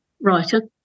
writer